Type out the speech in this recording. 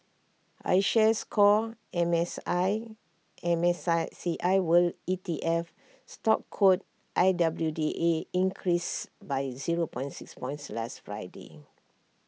iShares core M S I M S I C I world E T F stock code I W D A increased by zero point six points last Friday